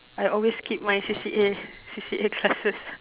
I always skip my C_C_A C_C_A classes